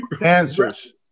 answers